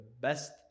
best